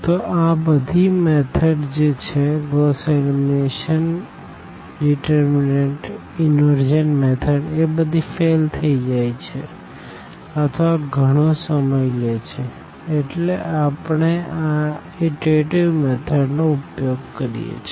તો આ બધી મેથડ જે છે ગોસ એલિમિનેશન ડીટરમીનન્ટઈન્વરશન મેથડ એ બધી ફેલ થઇ જાય છે અથવા ગણો સમય લે છે એટલે આપણે આ ઈટરેટીવ મેથડ નો ઉપયોગ કરીએ છે